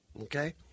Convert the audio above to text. okay